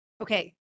Okay